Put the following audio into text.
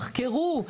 תחקרו.